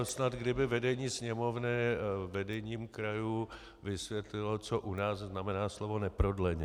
Snad kdyby vedení Sněmovny vedením krajů vysvětlilo, co u nás znamená slovo neprodleně.